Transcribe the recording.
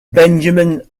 benjamin